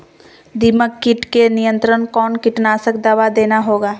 दीमक किट के नियंत्रण कौन कीटनाशक दवा देना होगा?